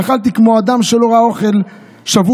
אכלתי כמו אדם שלא ראה אוכל שבוע.